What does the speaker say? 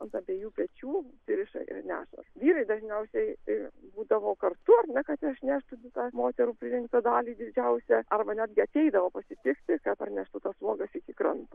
ant abiejų pečių pririša ir neša vyrai dažniausiai tai būdavo kartu ar ne kad išneštų tą moterų pririnktą dalį didžiausią arba netgi ateidavo pasitikti kad parneštų tas uogas iki kranto